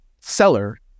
seller